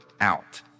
Out